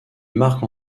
marque